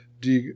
die